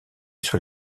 sur